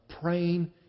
praying